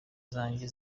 zanjye